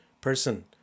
person